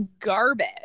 garbage